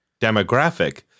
demographic